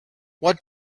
what